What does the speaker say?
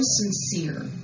sincere